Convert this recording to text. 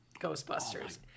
Ghostbusters